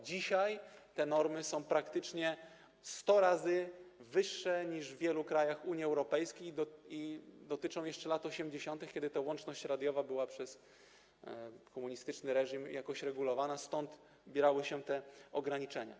Dzisiaj te normy są praktycznie sto razy wyższe niż w wielu krajach Unii Europejskiej i dotyczą jeszcze lat 80., kiedy to łączność radiowa była przez komunistyczny reżim jakoś regulowana i stąd brały się te ograniczenia.